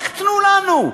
רק תנו לנו,